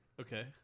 okay